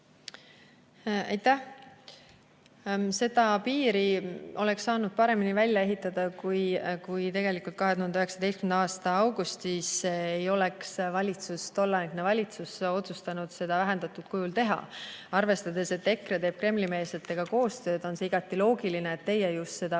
Seda piiri oleks saanud paremini välja ehitada, kui 2019. aasta augustis ei oleks tolleaegne valitsus otsustanud seda vähendatud kujul teha. Arvestades, et EKRE teeb Kremli-meelsetega koostööd, on igati loogiline, et just teie